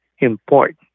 important